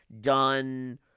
done